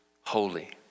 holy